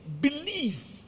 believe